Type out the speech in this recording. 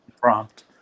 Prompt